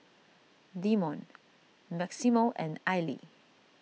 Demond Maximo and Aili